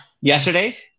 Yesterday's